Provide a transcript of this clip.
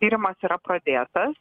tyrimas yra pradėtas